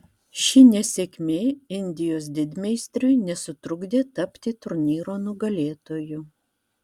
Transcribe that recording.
ši nesėkmė indijos didmeistriui nesutrukdė tapti turnyro nugalėtoju